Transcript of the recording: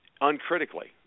uncritically